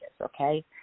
Okay